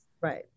right